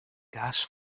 gas